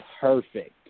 perfect